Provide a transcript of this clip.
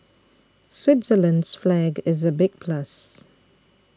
Switzerland's flag is a big plus